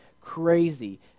crazy